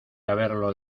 haberlo